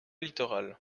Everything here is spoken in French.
littoral